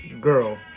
girl